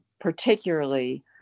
particularly